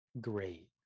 great